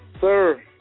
Sir